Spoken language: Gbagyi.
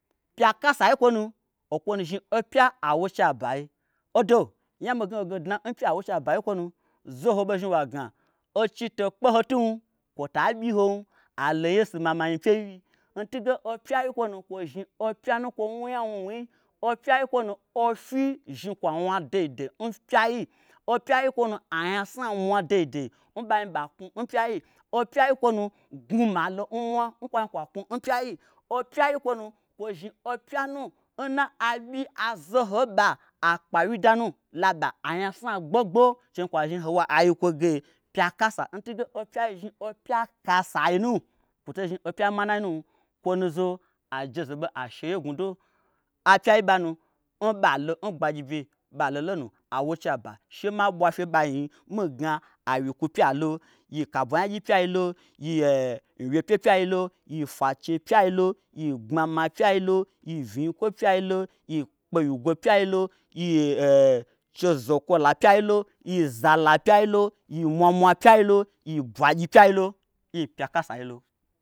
Pyakasayi kwonu okwonu zhni opya awo cha bayi odo nya migna hoge dna n pya awo che abayi n kwonu zoho ɓei zhni wa gna ochi to kpe hotun kwota ɓyi hom ailo yeisu mama nyi pyei wyi ntunge opyai n kwonu kwo zhni opya nu n kwo wnunya wnuwnui opyai n kwonu ofyi zhni kwoa wna dai dai dai n pya yi. opyai n kwonu anyasna mwa dei dei n ɓazhni ɓa knwu pyayi. opyai n kwonu gnwuma lo nmwa n kwazhni kwa knwu n pyayi. opyai n kwonu kwo zhni opyanu nna aɓyi azoho nɓa akpawyi danu laba anyasna gbogbo chenu kwa zhni hawo aiyi kwoge pyakasa ntunge opyai zhni opya kasa yinu kwoto zhni opya manai nu kwonu zo ajeze ɓe ashe ye gnwudo apyai nbanu n balo n gbagyi bye ɓa lolo nu awo chaba she ma ɓwa fye ɓa yi nyi migna awyikwu pya lo. yi kabwa nyagyi pyai lo. yi n wyepye pyai lo. yi n fwache pyai lo. yi n gbmama pyai lo. yi n vnyii kwo pyai lo. yi kpewyigwo pyai yi chezokwola pyai lo. yi zala pyai lo, yi mwamwa pyai lo. yi bwagyi pyai lo. yi nyi pyakasai lo.